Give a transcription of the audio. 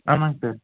ஆமாங்க சார்